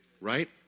right